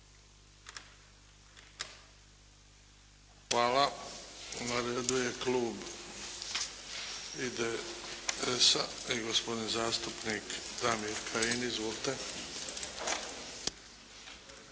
Hvala. Na redu je klub IDSP-a i gospodin zastupnik Damir Kajin. Izvolite.